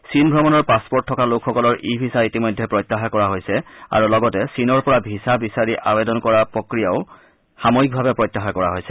চীন ভ্ৰমণৰ পাছপৰ্ট থকা লোকসকলৰ ই ভিছা ইতিমধ্যে প্ৰত্যাহাৰ কৰা হৈছে আৰু লগতে চীনৰ পৰা ভিছা বিচাৰি আবেদন দাখিল কৰা প্ৰক্ৰিয়াও সাময়িকভাৱে প্ৰত্যাহাৰ কৰা হৈছে